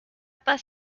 bus